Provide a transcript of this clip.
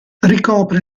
ricopre